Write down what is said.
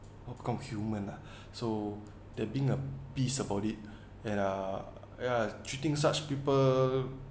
hong-kong human lah so they being uh peace about it and uh ya treating such people